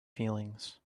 feelings